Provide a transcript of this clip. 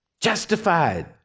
Justified